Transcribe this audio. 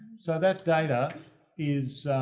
so that data is